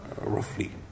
roughly